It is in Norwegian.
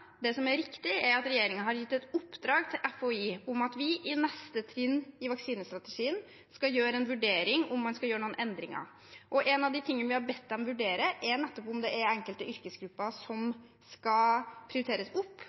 Det som er riktig, et at regjeringen har gitt et oppdrag til FHI om at vi i neste trinn i vaksinestrategien skal gjøre en vurdering av om man skal gjøre noen endringer. Og en av de tingene vi har bedt dem vurdere, er nettopp om enkelte yrkesgrupper skal prioriteres opp.